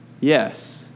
Yes